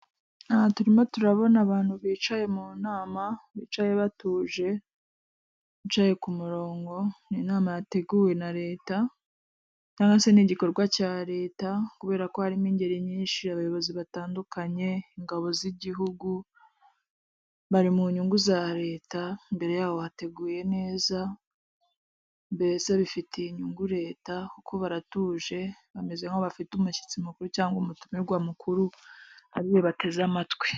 Aha turimo turabona abantu bicaye mu nama bicaye batuje, bicaye ku murongo, ni inama yateguwe na leta cyangwa se ni igikorwa cya leta kubera ko harimo ingeri nyinshi abayobozi batandukanye, ingabo z'igihugu, bari mu nyungu za leta, mbere yabo hateguye neza, mbese bifitiye inyungu leta kuko baratuje bameze nkaho bafite umushyitsi mukuru cyangwa umutumirwa mukuru ariwe bateze amatwi.